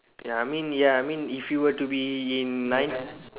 ya I mean ya I mean if you were to be in my